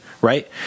right